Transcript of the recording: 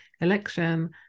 election